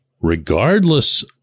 regardless